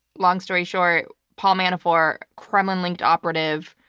long story short, paul manafort, kremlin-linked operative,